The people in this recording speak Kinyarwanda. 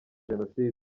jenoside